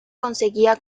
conseguía